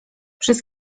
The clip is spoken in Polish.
przez